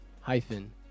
hyphen